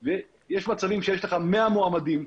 כשהנציב העליון מחליט לגבי הנתינים.